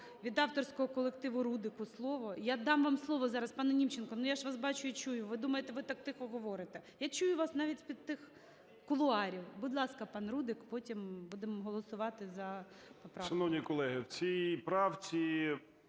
від авторського колективу Рудику слово. Я дам вам слово зараз, пане Німченко. Ну, я ж вас бачу і чую, ви думаєте, ви так тихо говорите. Я чую вас навіть з-під тих кулуарів. Будь ласка, пан Рудик. Потім будемо голосувати за поправку.